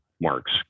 marks